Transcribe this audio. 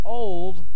old